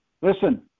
Listen